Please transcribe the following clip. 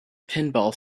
pinball